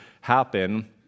happen